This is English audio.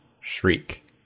shriek